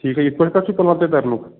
ٹھیٖک یِتھٕ پٲٹھۍ کَر چھُو پلان تۄہہِ تَرنُک